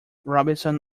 robinson